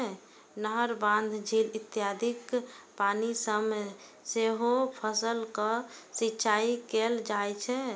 नहर, बांध, झील इत्यादिक पानि सं सेहो फसलक सिंचाइ कैल जाइ छै